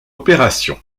opération